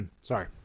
Sorry